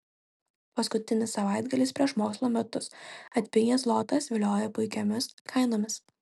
paskutinis savaitgalis prieš mokslo metus atpigęs zlotas vilioja puikiomis kainomis